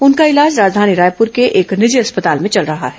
उनका इलाज राजधानी रायपुर के एक निजी अस्पताल में चल रहा है